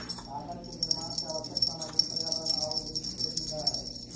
कागज के निर्माण के आवश्यक सामग्री पर्यावरण औउर वृक्ष से ही मिलऽ हई